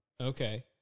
Okay